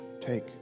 take